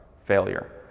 failure